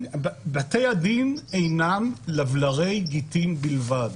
בתי הדין אינם לבלרי גיטין בלבד.